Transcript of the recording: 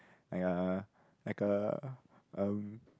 !aiya! like a um